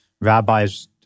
rabbis